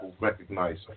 recognize